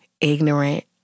Ignorant